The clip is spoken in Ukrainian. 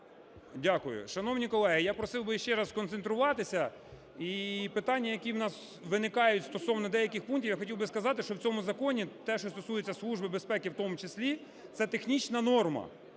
Дякую. Шановні колеги, я просив би ще раз сконцентруватися і питання, які в нас виникають стосовно деяких пунктів, я хотів би сказати, що в цьому законі те, що стосується Служби безпеки в тому числі, це технічна норма,